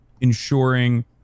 ensuring